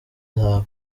zawe